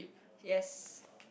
yes